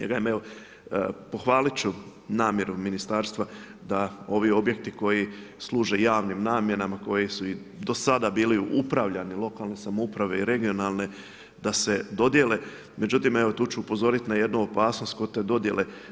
Evo pohvalit ću namjeru ministarstva da ovi objekti koji služe javnim namjenama, koji su i do sada bili upravljani u lokalnoj samoupravi i regionalnoj, da se dodjele međutim evo tu ću upozorit na jednu opasnost kod te dodjele.